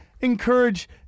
encourage